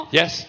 yes